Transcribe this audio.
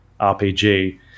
RPG